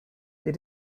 they